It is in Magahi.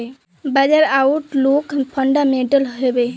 बाजार आउटलुक फंडामेंटल हैवै?